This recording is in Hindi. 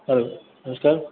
हेलो नमस्कार